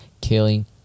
Killing